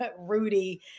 Rudy